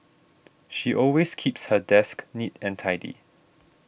she always keeps her desk neat and tidy